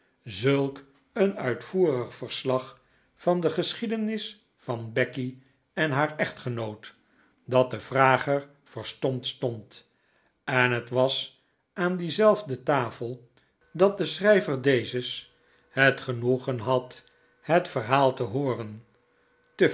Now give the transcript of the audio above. zulk een uitvoerig verslag van de geschiedenis van becky en haar echtgenoot dat de vrager verstomd stond en het was aan diezelfde tafel dat de schrijver dezes het genoegen had het verhaal te hooren